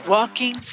Walking